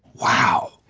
wow!